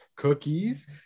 Cookies